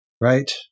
right